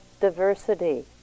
diversity